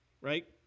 Right